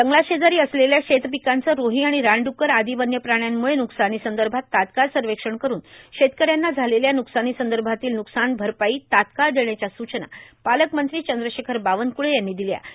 जंगलाशेजारां असलेल्या शेर्तापकांचं रोहां आर्गाण रानड्क्कर आदां वन्यप्राण्यांमुळं न्कसानीसंदभात तात्काळ सवक्षण करुन शेतकऱ्यांना झालेल्या न्कसानीसंदभातील नुकसान भरपाई तात्काळ देण्याच्या सूचना पालकमंत्री चंद्रशेखर बावनकुळे यांनी दिल्यात